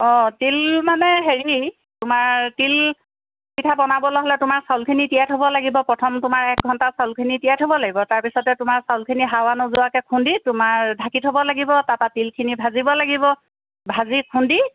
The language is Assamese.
অঁ তিল মানে হেৰি তোমাৰ তিল পিঠা বনাবলৈ হ'লে তোমাৰ চাউলখিনি তিয়াই থ'ব লাগিব প্ৰথম তোমাৰ এক ঘণ্টা চাউলখিনি তিয়াই থ'ব লাগিব তাৰপিছতে তোমাৰ চাউলখিনি হাৱা নোযোৱাকৈ খুন্দি তোমাৰ ঢাকি থ'ব লাগিব তাৰপৰা তিলখিনি ভাজিব লাগিব ভাজি খুন্দি